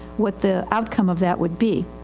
what the outcome of that would be.